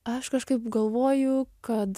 aš kažkaip galvoju kad